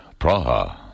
Praha